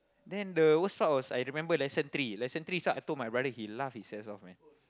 then the worst part was I remember lesson three lesson three start I told my brother he laugh his ass off man